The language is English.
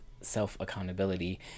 self-accountability